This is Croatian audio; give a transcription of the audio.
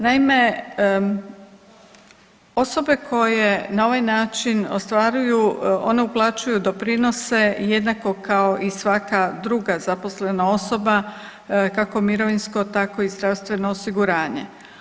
Naime, osobe koje na ovaj način ostvaruju one uplaćuju doprinose jednako kao i svaka druga zaposlena osoba kako mirovinsko tako i zdravstveno osiguranje.